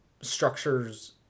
structures